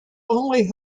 only